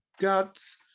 guts